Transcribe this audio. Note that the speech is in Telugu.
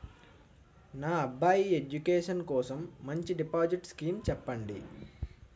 నా అబ్బాయి ఎడ్యుకేషన్ కోసం మంచి డిపాజిట్ స్కీం చెప్పండి